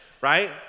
right